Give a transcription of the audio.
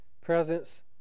presence